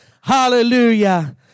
Hallelujah